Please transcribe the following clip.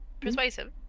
Persuasive